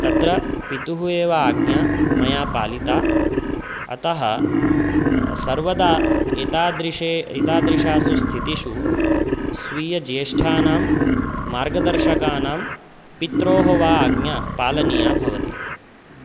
तत्र पितुः एव आज्ञा मया पालिता अतः सर्वदा एतादृशे एतादृशासु स्थितिषु स्वीयज्येष्ठानां मार्गदर्शकानां पित्रोः वा आज्ञा पालनीया भवति